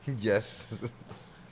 Yes